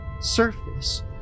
surface